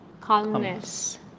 calmness